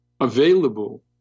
available